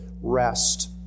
rest